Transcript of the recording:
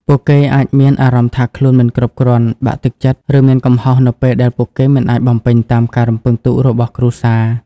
ពួកគេអាចមានអារម្មណ៍ថាខ្លួនមិនគ្រប់គ្រាន់ បាក់ទឹកចិត្ត ឬមានកំហុសនៅពេលដែលពួកគេមិនអាចបំពេញតាមការរំពឹងទុករបស់គ្រួសារ។